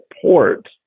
support